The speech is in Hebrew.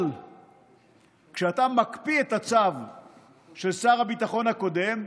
אבל כשאתה מקפיא את הצו של שר הביטחון הקודם,